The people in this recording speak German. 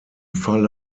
falle